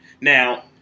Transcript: Now